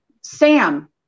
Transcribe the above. Sam